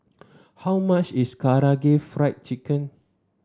how much is Karaage Fried Chicken